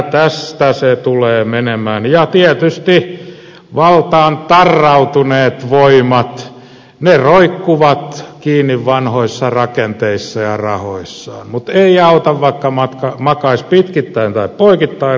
tästä se tulee menemään ja tietysti valtaan tarrautuneet voimat roikkuvat kiinni vanhoissa rakenteissa ja rahoissaan mutta ei auta vaikka makaisi pitkittäin tai poikittain rahojen päällä